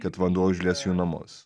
kad vanduo užlies jų namus